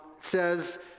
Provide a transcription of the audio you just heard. says